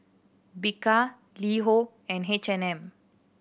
Bika LiHo and H and M